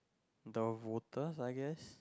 the waters I guess